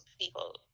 people